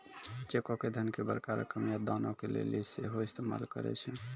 चेको के धन के बड़का रकम या दानो के लेली सेहो इस्तेमाल करै छै